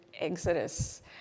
Exodus